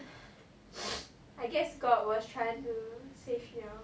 I guess god was trying to save you all